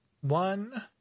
one